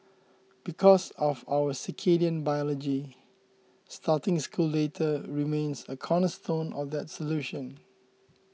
because of our circadian biology starting school later remains a cornerstone of that solution